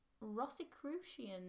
Rosicrucians